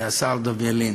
והשר יריב לוין,